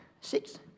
six